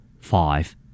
Five